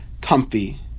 comfy